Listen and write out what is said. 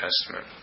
Testament